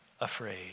afraid